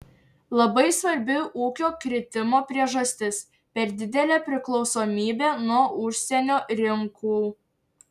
labai svarbi ūkio kritimo priežastis per didelė priklausomybė nuo užsienio rinkų